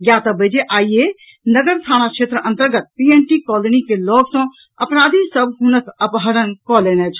ज्ञातव्य अछि आईये नगर थाना क्षेत्र अंतर्गत पीएनटी कॉलोनी के लऽग सॅ अपराधी सभ हुनक अपहरण कऽ लेने छल